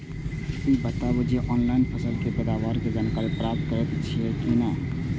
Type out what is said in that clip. ई बताउ जे ऑनलाइन फसल के पैदावार के जानकारी प्राप्त करेत छिए की नेय?